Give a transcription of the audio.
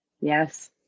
Yes